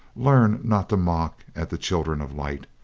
learn not to mock at the children of light.